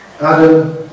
Adam